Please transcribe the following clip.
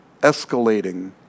escalating